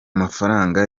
mafaranga